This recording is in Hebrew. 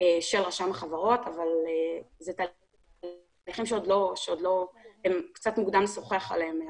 של רשם החברות אבל אלה תהליכים שקצת מוקדם לשוחח עליהם,